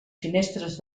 finestres